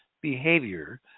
behavior